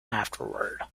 afterward